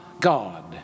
God